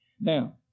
Now